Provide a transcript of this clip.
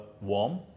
warm